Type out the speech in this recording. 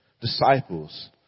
disciples